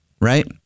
right